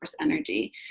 energy